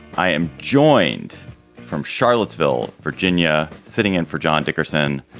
i am joined from charlottesville, virginia. sitting in for john dickerson,